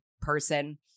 person